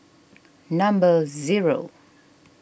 number zero